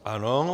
Ano.